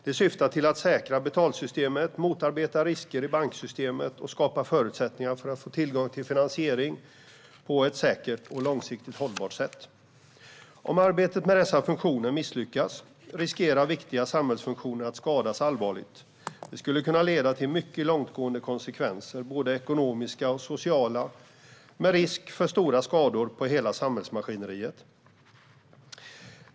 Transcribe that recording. Det syftar till att säkra betalsystemet, motarbeta risker i banksystemet och skapa förutsättningar för säker och långsiktig tillgång till finansiering. Om arbetet med dessa funktioner misslyckas riskerar viktiga samhällsfunktioner att skadas allvarligt. Det skulle kunna leda till mycket långtgående konsekvenser, både ekonomiska och sociala, med risk för stora skador på hela samhällsmaskineriet.